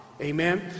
Amen